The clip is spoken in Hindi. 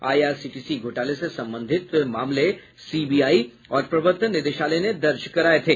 आई आर सी टी सी घोटाले से संबंधित मामले सी बी आई और प्रवर्तन निदेशालय ने दर्ज कराए थे